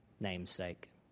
namesake